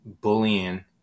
bullying